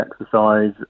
exercise